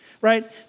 right